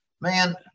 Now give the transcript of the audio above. man